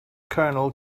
kernel